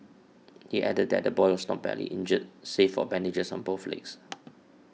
he added that the boy was not badly injured save for bandages on both legs